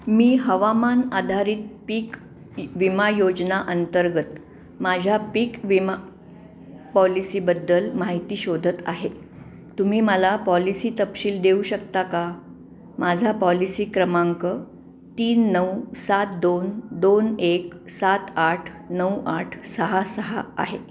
मी हवामान आधारित पीक विमा योजना अंतर्गत माझ्या पीक विमा पॉलिसीबद्दल माहिती शोधत आहे तुम्ही मला पॉलिसी तपशील देऊ शकता का माझा पॉलिसी क्रमांक तीन नऊ सात दोन दोन एक सात आठ नऊ आठ सहा सहा आहे